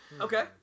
Okay